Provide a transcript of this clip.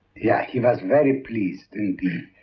yeah he was very pleased indeed.